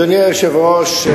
אדוני היושב-ראש,